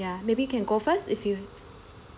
ya maybe you can go first if you